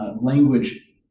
Language